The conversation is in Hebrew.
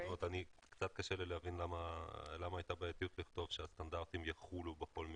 קצת קשה לי להבין למה הייתה בעייתיות לכתוב שהסטנדרטים יחולו בכל מקרה.